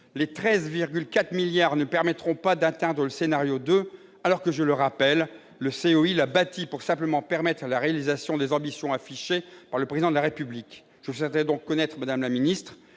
les 13,4 milliards d'euros ne permettront pas d'atteindre le scénario 2, alors que, je le rappelle, le COI l'a bâti pour permettre la réalisation des ambitions affichées par le Président de la République. Je souhaiterais donc connaître, madame la ministre,